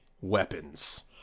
Weapons